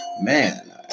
man